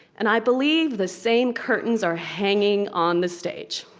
and i believe the same curtains are hanging on the stage.